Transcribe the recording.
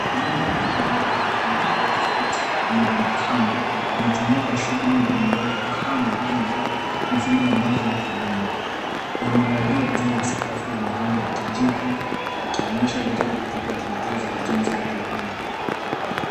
Mabomba mengi meupe ya ukubwa tofauti yamerundikana. Yanatumiwa kwa shughuli mbalimbali kama vile mifumo ya maji au kilimo. Yamelalia juu ya sakafu yenye rangi ya kijivu yakionyesha idadi kubwa ya bidhaa za ujenzi wa viwanda.